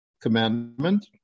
commandment